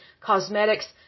cosmetics